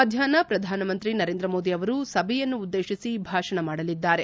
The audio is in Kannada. ಮಧ್ಯಾಷ್ನ ಪ್ರಧಾನಮಂತ್ರಿ ನರೇಂದ್ರ ಮೋದಿ ಅವರು ಸಭೆಯನ್ನುದ್ದೇತಿಸಿ ಭಾಷಣ ಮಾಡಲಿದ್ದಾರೆ